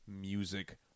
music